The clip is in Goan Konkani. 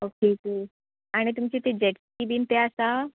ऑके के आनी तुमचे तें जेट्सी बीन तें आसा